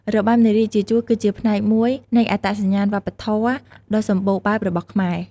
របាំនារីជាជួរគឺជាផ្នែកមួយនៃអត្តសញ្ញាណវប្បធម៌ដ៏សម្បូរបែបរបស់ខ្មែរ។